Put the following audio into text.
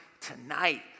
tonight